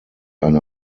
eine